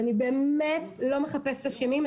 אני באמת לא מחפשת אשמים,